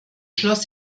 schloss